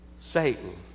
Satan